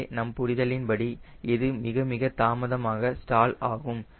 எனவே நம் புரிதலின் படி இது மிக தாமதமாக ஸ்டால் ஆகும்